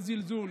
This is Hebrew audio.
בזלזול,